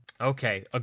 Okay